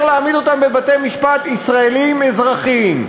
גם להעמיד אותם בבתי-משפט ישראליים אזרחיים.